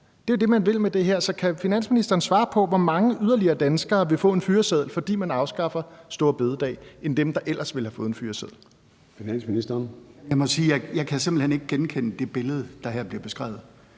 Det er jo det, man vil med det her. Så kan finansministeren svare på, hvor mange yderligere danskere der vil få en fyreseddel, fordi man afskaffer store bededag, ud over dem, der ellers ville have fået en fyreseddel? Kl. 13:40 Formanden (Søren Gade): Finansministeren.